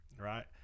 right